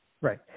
Right